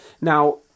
Now